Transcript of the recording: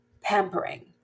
pampering